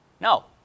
no